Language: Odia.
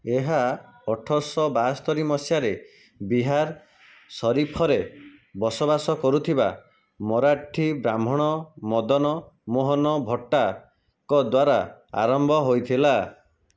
ଏହା ଅଠର ଶହ ବାସ୍ତୋରି ମସିହାରେ ବିହାର ସରିଫରେ ବସବାସ କରୁଥିବା ମରାଠୀ ବ୍ରାହ୍ମଣ ମଦନମୋହନ ଭଟ୍ଟାଙ୍କ ଦ୍ୱାରା ଆରମ୍ଭ ହୋଇଥିଲା